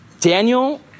Daniel